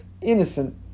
innocent